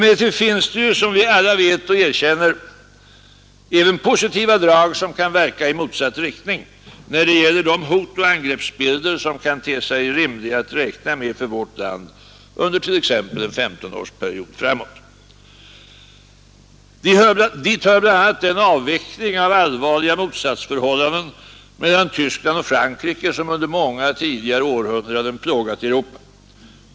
Emellertid finns det ju, som vi alla vet och erkänner, även positiva drag, som kan verka i motsatt riktning när det gäller de hotoch angreppsbilder som kan te sig rimliga att räkna med för vårt land under t.ex. en 15-årsperiod framåt. Dit hör bl.a. avvecklingen av de allvarliga motsatsförhållanden mellan Tyskland och Frankrike som under många tidigare århundraden plågat Europa.